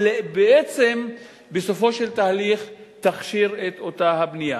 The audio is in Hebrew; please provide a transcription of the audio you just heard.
ובעצם בסופו של תהליך תכשיר את אותה בנייה?